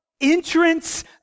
entrance